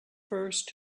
first